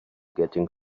getting